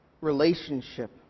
relationship